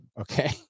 okay